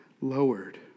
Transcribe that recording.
lowered